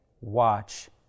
watch